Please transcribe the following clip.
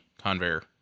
conveyor